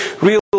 real